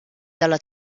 della